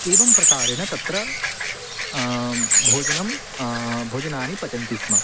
एवं प्रकारेण तत्र भोजनं भोजनानि पचन्ति स्म